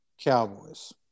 Cowboys